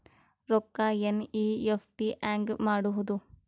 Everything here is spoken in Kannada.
ರೊಕ್ಕ ಎನ್.ಇ.ಎಫ್.ಟಿ ಹ್ಯಾಂಗ್ ಮಾಡುವುದು?